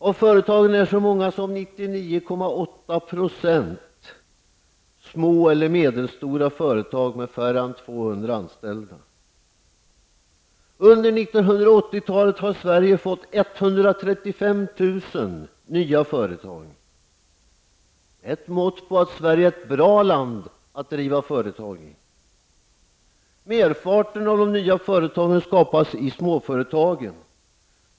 Av företagen är så många som 99,8 % som eller medelstora med färre än 200 anställda. Under 1980-talet har Sverige fått 135 000 nya företag. Det är ett mått på att Sverige är ett bra land att driva företag i. Merparten av de nya jobben skapas i småföretagen.